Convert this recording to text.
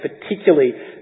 particularly